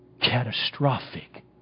catastrophic